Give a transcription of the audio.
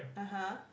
(uh huh)